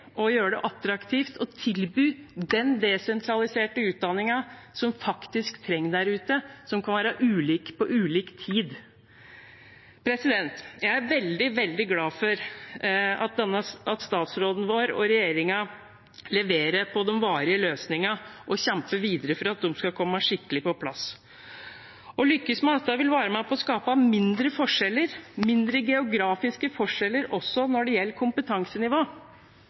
gjøre det attraktivt å tilby den desentraliserte utdanningen som faktisk trengs der ute, og som kan være ulik på ulik tid. Jeg er veldig, veldig glad for at statsråden vår og regjeringen leverer på de varige løsningene og kjemper videre for at de skal komme skikkelig på plass. Å lykkes med dette vil være med på å skape mindre forskjeller, mindre geografiske forskjeller, også når det gjelder kompetansenivå.